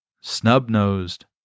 snub-nosed